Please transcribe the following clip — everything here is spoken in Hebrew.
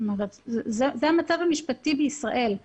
זה המצב המשפטי בישראל.